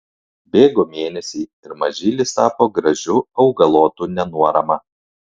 bėgo mėnesiai ir mažylis tapo gražiu augalotu nenuorama